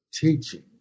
teaching